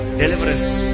deliverance